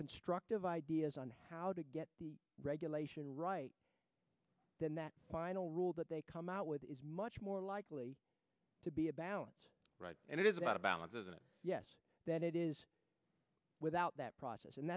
constructive ideas on how to get the regulation right then that final rule that they come out with is much more likely to be a balance and it is about a balance isn't it yes that it is without that process and